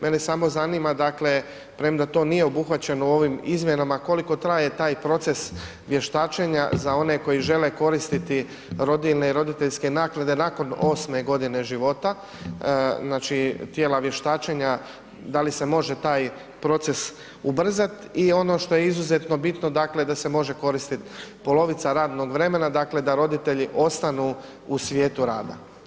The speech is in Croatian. Mene samo zanima dakle, premda to nije obuhvaćeno u ovim izmjenama, koliko traje taj proces vještačenja za one koji žele koristiti rodiljne i roditeljske naknade nakon 8 g. života, znači tijela vještačenja, da li se može taj proces ubrzat i ono što je izuzetno bitno, dakle da se može koristit polovica radnog vremena, dakle da roditelji ostanu u svijetu rada?